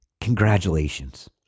congratulations